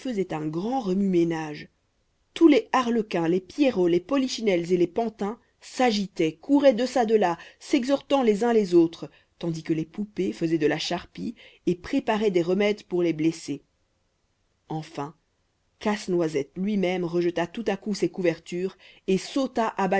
un grand remue-ménage tous les arlequins les pierrots les polichinelles et les pantins s'agitaient couraient deçà delà s'exhortant les uns les autres tandis que les poupées faisaient de la charpie et préparaient des remèdes pour les blessés enfin casse-noisette lui-même rejeta tout à coup ses couvertures et sauta